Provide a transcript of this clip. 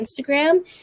instagram